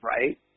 right